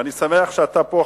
ואני שמח שאתה פה,